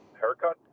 haircut